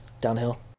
downhill